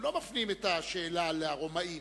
הם לא מפנים את השאלה לרומאים,